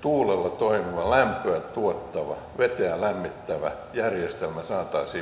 tuulella toimiva lämpöä tuottava vettä lämmittävä järjestelmä saataisiin markkinoille